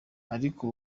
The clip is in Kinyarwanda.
ariko